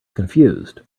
confused